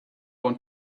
want